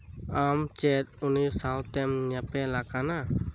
ᱟᱢ ᱪᱮᱫ ᱩᱱᱤ ᱥᱟᱶᱛᱮᱢ ᱧᱮᱯᱮᱞ ᱟᱠᱟᱱᱟ